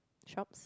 Shoppes